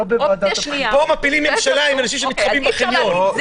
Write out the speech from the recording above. אופציה שניה --- פה מפילים ממשלה עם אנשים שמתחבאים בחניון.